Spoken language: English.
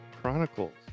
chronicles